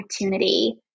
opportunity